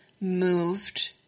moved